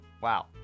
wow